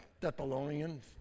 Thessalonians